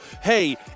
hey